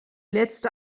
letzte